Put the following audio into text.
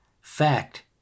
Fact